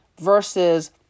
versus